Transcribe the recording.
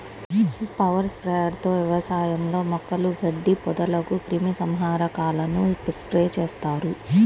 power sprayer తో వ్యవసాయంలో మొక్కలు, గడ్డి, పొదలకు క్రిమి సంహారకాలను స్ప్రే చేస్తారు